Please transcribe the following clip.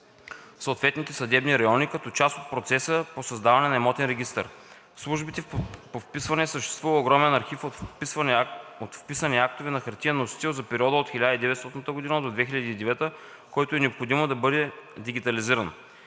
съответните съдебни райони като част от процеса по създаване на имотен регистър. В службите по вписванията съществува огромен архив от вписани актове на хартиен носител за периода от 1900 г. до 2009 г., който е необходимо да бъде дигитализиран.